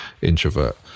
Introvert